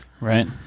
Right